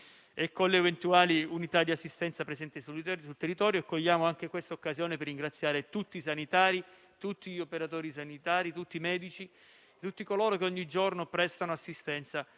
e con le eventuali unità di assistenza presenti sul territorio. Cogliamo anche questa occasione per ringraziare tutti gli operatori sanitari, tutti i medici e tutti coloro che ogni giorno prestano assistenza